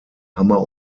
hammer